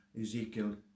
Ezekiel